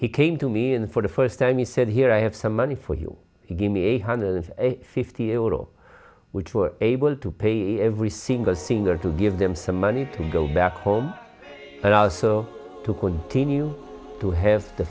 he came to me and for the first time he said here i have some money for you give me a hundred and fifty or zero which were able to pay every single thing or to give them some money to go back home but also to continue to have the